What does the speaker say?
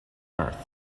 earth